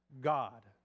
God